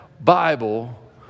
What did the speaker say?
Bible